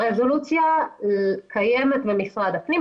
הרזולוציה קיימת במשרד הפנים.